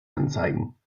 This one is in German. anzeigen